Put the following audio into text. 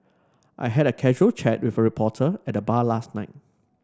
I had a casual chat with a reporter at the bar last night